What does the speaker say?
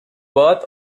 birth